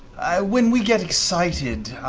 when we get excited,